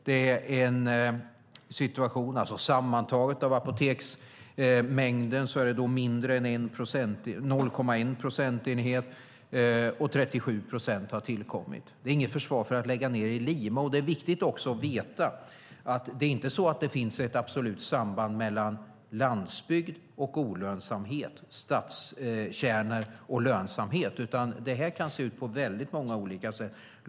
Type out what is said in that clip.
Sammantaget har vi en situation i apoteksmängden där mindre än 0,1 procentenheter har lagts ned och 37 procent tillkommit. Det är inget försvar för att lägga ned i Lima, och det är också viktigt att veta att det inte finns något absolut samband mellan landsbygd och olönsamhet och stadskärnor och lönsamhet. Det kan se ut på väldigt många olika sätt.